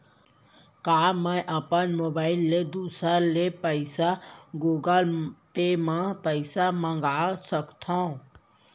का मैं अपन मोबाइल ले दूसर ले पइसा गूगल पे म पइसा मंगा सकथव?